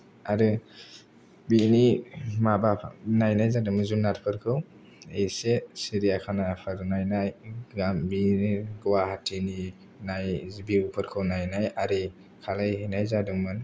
आरो बिनि माबा नायनाय जादोंमोन जुनारफोरखौ एसे सिरियाखानाफोर नायनाय बिदिनो गुवाहाटिनि नाय भिउफोरखौ नायनाय आरि खालामहैनाय जादोंमोन